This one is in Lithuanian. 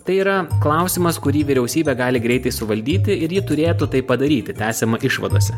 tai yra klausimas kurį vyriausybė gali greitai suvaldyti ir ji turėtų tai padaryti tęsiama išvadose